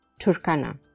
Turkana